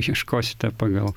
ieškosite pagal